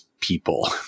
people